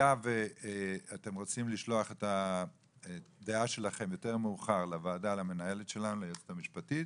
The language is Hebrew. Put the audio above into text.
היה ואתם רוצים לשלוח מאוחר יותר את חוות הדעת שלכם ליועצת המשפטית,